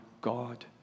God